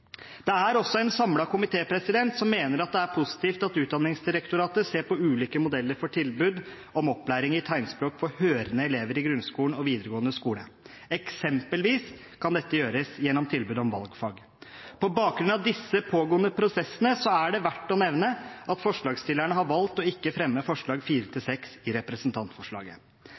Det er også en samlet komité som mener at det er positivt at Utdanningsdirektoratet ser på ulike modeller for tilbud om opplæring i tegnspråk for hørende elever i grunnskolen og videregående skole. Eksempelvis kan dette gjøres gjennom tilbud om valgfag. På bakgrunn av disse pågående prosessene er det verdt å nevne at forslagsstillerne har valgt ikke å fremme forslag 4–6 i representantforslaget. Statped spiller en viktig rolle som kompetansesenter og tjenesteyter for tegnspråkopplæring i